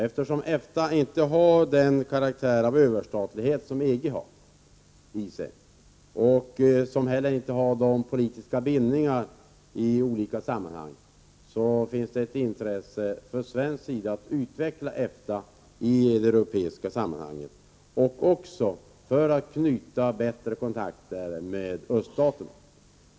Eftersom EFTA inte har den karaktär av överstatlighet som EG har och inte heller har politiska bindningar i olika sammanhang, finns det ett intresse från svensk sida av att utveckla EFTA i det europeiska sammanhanget och också av att knyta bättre kontakter med öststaterna.